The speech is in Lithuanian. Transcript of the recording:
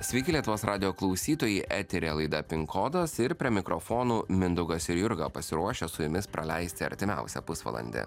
sveiki lietuvos radijo klausytojai eteryje laida pin kodas ir prie mikrofonų mindaugas ir jurga pasiruošę su jumis praleisti artimiausią pusvalandį